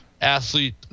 athlete